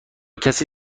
کسی